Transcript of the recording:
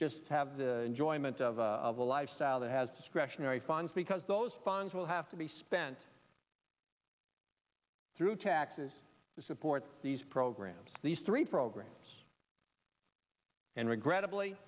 just have the enjoyment of a lifestyle that has discretionary funds because those funds will have to be spent through taxes to support these programs these three programs and regrettably